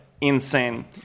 insane